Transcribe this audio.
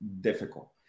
difficult